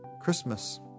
Christmas